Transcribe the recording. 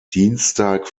dienstag